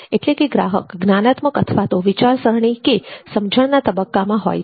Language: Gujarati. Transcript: એટલે કે ગ્રાહક જ્ઞાનાત્મક અથવા વિચારસરણી અથવા સમજણના તબક્કામાં હોય છે